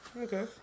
Okay